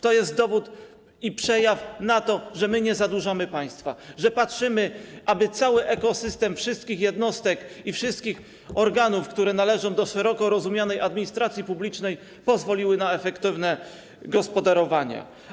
To jest dowód i przejaw tego, że my nie zadłużamy państwa, że zwracamy uwagę na to, aby cały ekosystem wszystkich jednostek i wszystkich organów, które należą do szeroko rozumianej administracji publicznej, pozwolił na efektywne gospodarowanie.